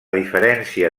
diferència